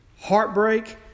heartbreak